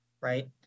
right